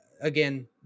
again